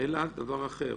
אלא דבר אחר.